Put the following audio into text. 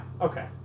Okay